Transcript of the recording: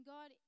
God